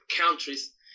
Countries